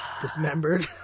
dismembered